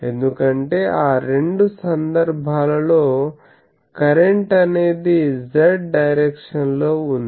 ఎందుకంటే ఆ రెండు సందర్భాలలో కరెంట్ అనేది Z డైరక్షన్ లో ఉంది